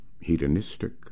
hedonistic